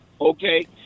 Okay